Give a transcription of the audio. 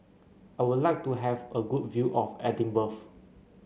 I would like to have a good view of Edinburgh